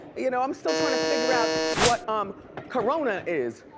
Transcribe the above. you know i'm still trying to figure out what um corona is.